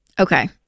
Okay